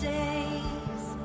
days